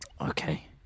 Okay